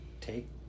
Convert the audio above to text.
take